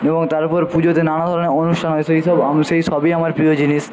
এবং তারপর পুজোতে নানা ধরনের অনুষ্ঠান হয় সেই সব সেই সবই আমার প্রিয় জিনিস